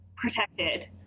protected